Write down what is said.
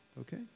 okay